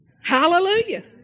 Hallelujah